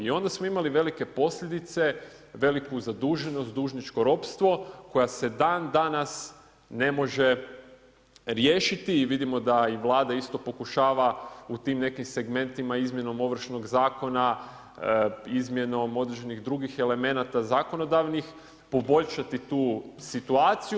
I onda smo imali velike posljedice, veliku zaduženost, dužničko ropstvo koja se dan danas ne može riješiti i vidimo da i Vlada isto pokušava u tim nekim segmentima, izmjenom Ovršnom zakona, izmjenom određenih drugih elemenata zakonodavnih, poboljšati tu situaciju.